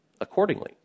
accordingly